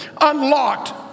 unlocked